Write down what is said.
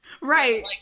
right